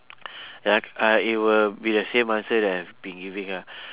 like I it will be the same answer that I've been giving ah